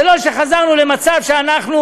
זה לא שחזרנו למצב שאנחנו